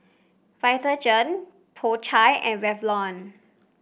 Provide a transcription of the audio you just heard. Vitagen Po Chai and Revlon